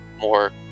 more